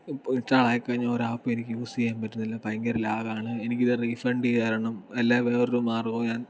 install ആയിക്കഴിഞ്ഞാൽ ഒരു ആപ്പും എനിക്ക് യൂസ് ചെയ്യാൻ പറ്റുന്നില്ല ഭയങ്കര ലാഗ് ആണ് എനിക്കിത് റീഫണ്ട് ചെയ്തു തരണം അല്ലാതെ വേറൊരു മാർഗ്ഗവും ഞാൻ